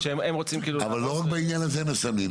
זה לא רק בעניין הזה משלמים,